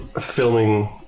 filming